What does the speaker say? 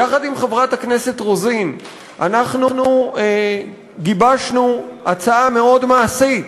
יחד עם חברת הכנסת רוזין אנחנו גיבשנו הצעה מאוד מעשית